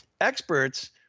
Experts